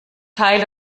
teil